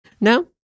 No